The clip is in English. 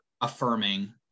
affirming